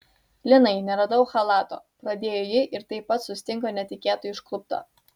linai neradau chalato pradėjo ji ir taip pat sustingo netikėtai užklupta